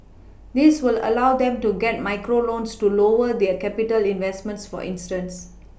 this will allow them to get micro loans to lower their capital investments for instance